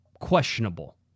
questionable